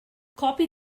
copy